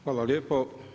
Hvala lijepo.